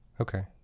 okay